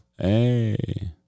Hey